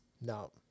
No